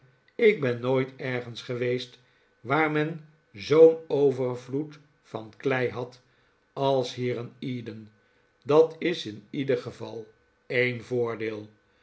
ik ben nooit ergens geweest waar men zoo'n overvloed van klei had als hier in eden dat is in ieder geval een voordeel